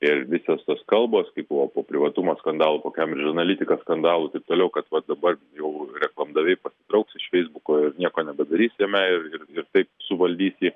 ir visos tos kalbos kaip buvo po privatumo skandalų po cambridge analytica skandalų taip toliau kad va dabar jau reklamdaviai pasitrauks iš feisbuko ir nieko nebedarys jame ir ir ir taip suvaldys jį